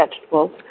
vegetables